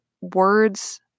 words